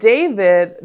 David